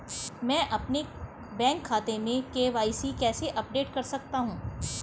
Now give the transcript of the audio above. मैं अपने बैंक खाते में के.वाई.सी कैसे अपडेट कर सकता हूँ?